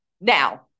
Now